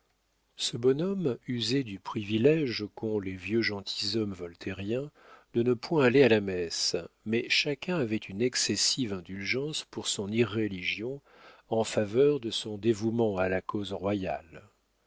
ce bonhomme usait du privilége qu'ont les vieux gentilhommes voltairiens de ne point aller à la messe mais chacun avait une excessive indulgence pour son irréligion en faveur de son dévouement à la cause royale